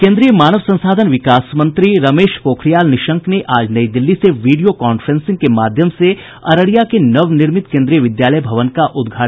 केन्द्रीय मानव संसाधन विकास मंत्री रमेश पोखरियाल निशंक ने आज नई दिल्ली से वीडियो कॉफ्रेंसिंग के माध्यम से अररिया के नवनिर्मित केन्द्रीय विद्यालय भवन का उद्घाटन किया